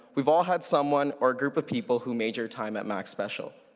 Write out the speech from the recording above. we've all had someone or a group of people who made your time at mac special.